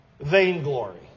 Vainglory